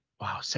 Wow